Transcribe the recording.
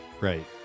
Right